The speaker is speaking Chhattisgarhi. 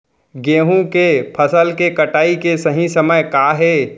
गेहूँ के फसल के कटाई के सही समय का हे?